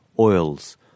oils